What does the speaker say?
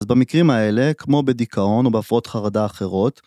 אז במקרים האלה, כמו בדיכאון, או בהפרעות חרדה אחרות,